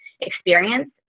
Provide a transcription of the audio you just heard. experience